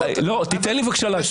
תיתן לי בבקשה להשלים.